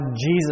Jesus